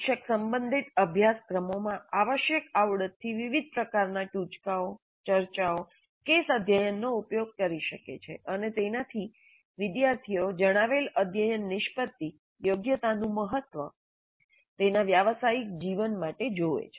શિક્ષક સંબંધિત અભ્યાસક્રમોમાં આવશ્યક આવડત થી વિવિધ પ્રકારના ટુચકાઓ ચર્ચાઓ કેસ અધ્યયનો ઉપયોગ કરી શકે છે અને તેનાથી વિદ્યાર્થીઓ જણાવેલ અધ્યયન નિષ્પતિ યોગ્યતાનું મહત્વ તેના વ્યાવસાયિક જીવન માટે જુએ છે